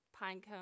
Pinecone